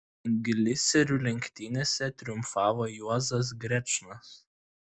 gliserių lenktynėse triumfavo juozas grečnas